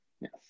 Yes